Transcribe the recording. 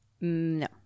No